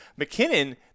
McKinnon